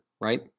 Right